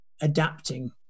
adapting